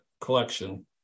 collection